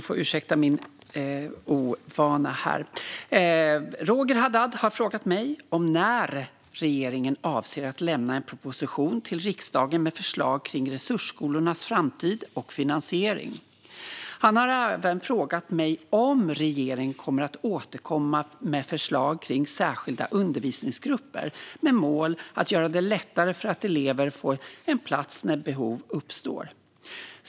Fru talman! Roger Haddad har frågat mig när regeringen avser att lämna en proposition till riksdagen med förslag kring resursskolornas framtid och finansiering. Han har även frågat mig om regeringen kommer att återkomma med förslag kring särskilda undervisningsgrupper med målet att göra det lättare för elever att få en plats när behov uppstår.